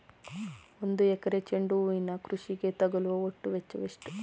ಒಂದು ಎಕರೆ ಚೆಂಡು ಹೂವಿನ ಕೃಷಿಗೆ ತಗಲುವ ಒಟ್ಟು ವೆಚ್ಚ ಎಷ್ಟು?